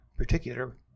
particular